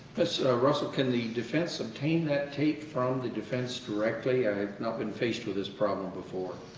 ms. russell, can the defense obtain that tape from the defense directly? i have not been faced with this problem before.